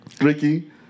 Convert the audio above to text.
ricky